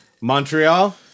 Montreal